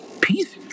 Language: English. peace